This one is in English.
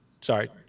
Sorry